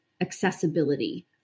accessibility